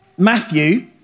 Matthew